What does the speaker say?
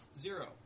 Zero